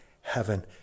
heaven